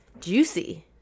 Juicy